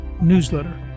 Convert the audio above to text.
newsletter